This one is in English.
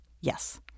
Yes